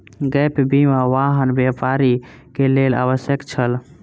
gap बीमा, वाहन व्यापारी के लेल आवश्यक छल